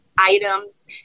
items